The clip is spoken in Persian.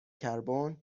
کربن